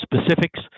specifics